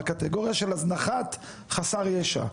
בקטגוריה של הזנחת חסר ישע.